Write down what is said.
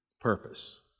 Purpose